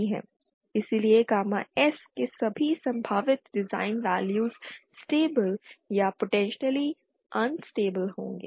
इसलिए gamma S के सभी संभावित डिजाइन वैल्यू स्टेबिल या पोटेंशियली अनस्टेबिल होंगे